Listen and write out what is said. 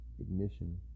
ignition